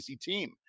team